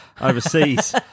overseas